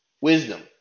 wisdom